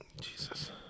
Jesus